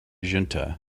junta